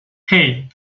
hey